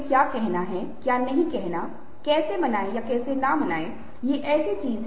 क्या आप इस भावना का अनुमान लगाने में सक्षम हैं